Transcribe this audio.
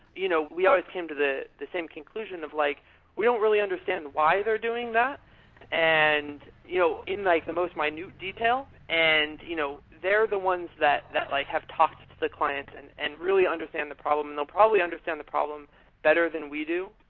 you know we always came to the the same conclusion of, like we don't really understand why they're doing that and you know in like the most minute detail. and you know they're the ones that that like have talked to the client and and really understand the problem, and they'll probably understand the problem better than we do.